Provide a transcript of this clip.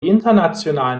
internationalen